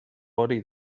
hori